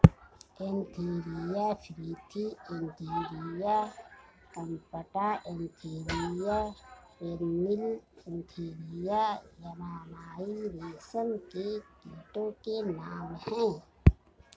Antheraea frithi Antheraea compta Antheraea pernyi Antheraea yamamai रेशम के कीटो के नाम हैं